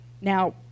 now